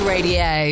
Radio